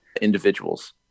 individuals